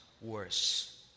worse